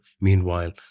meanwhile